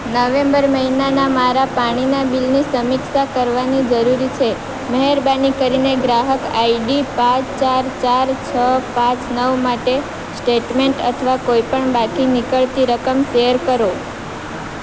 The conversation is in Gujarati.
નવેમ્બર મહિનાના મારા પાણીના બિલની સમીક્ષા કરવાની જરૂરી છે મહેરબાની કરીને ગ્રાહક આઈડી પાંચ ચાર ચાર છ પાંચ નવ માટે સ્ટેટમેન્ટ અથવા કોઈપણ બાકી નીકળતી રકમ શેર કરો